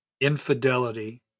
Infidelity